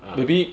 ah